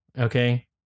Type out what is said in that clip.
Okay